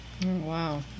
Wow